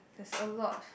there's a lot